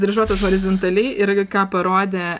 dryžuotos horizontaliai ir ir ką parodė